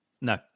no